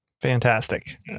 Fantastic